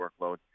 workload